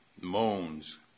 moans